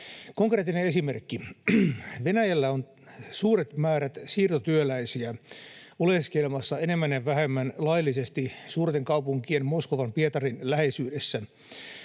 Konkreettinen esimerkki: Venäjällä on suuret määrät siirtotyöläisiä oleskelemassa enemmän ja vähemmän laillisesti suurten kaupunkien, Moskovan, Pietarin, läheisyydessä.